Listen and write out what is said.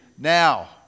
Now